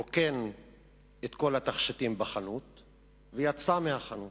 רוקן את כל התכשיטים ויצא מהחנות.